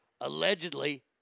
Allegedly